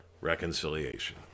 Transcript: reconciliation